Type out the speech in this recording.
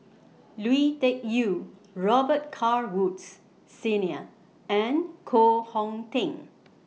Lui Tuck Yew Robet Carr Woods Senior and Koh Hong Teng